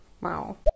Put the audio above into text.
Wow